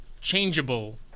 changeable